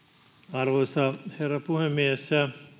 arvoisa herra puhemies